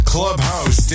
Clubhouse